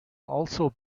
also